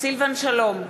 סילבן שלום,